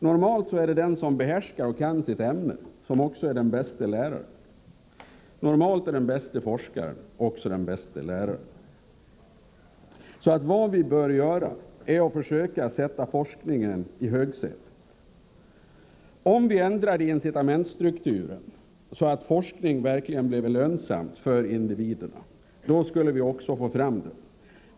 Normalt är det den som behärskar och kan sitt ämne, den bäste forskaren, som också är den bäste läraren. Vad vi bör göra är att försöka sätta forskningen i högsätet. Om vi ändrar incitamentstrukturen så att forskning verkligen blir lönsam för individerna, kommer vi också att få fram den.